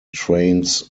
trains